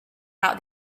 out